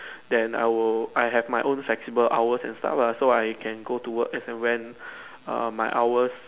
then I will I have my own flexible hours and stuff lah so I can go to work as and when err my hours